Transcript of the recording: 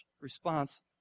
response